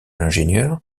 l’ingénieur